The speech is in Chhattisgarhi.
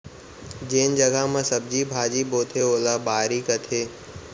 जेन जघा म सब्जी भाजी बोथें ओला बाड़ी कथें